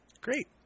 Great